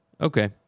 okay